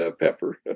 Pepper